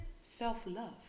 self-love